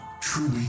truly